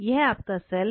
यह आपका सेल है